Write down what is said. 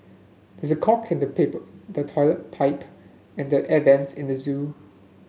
this is a clog in the paper the toilet pipe and the air vents in the zoo